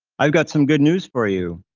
i've got some good news for you.